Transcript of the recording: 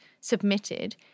submitted